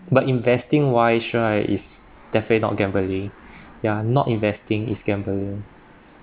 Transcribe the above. but investing wise right is definitely not gambling ya not investing is gambling